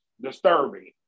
disturbing